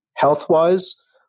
Health-wise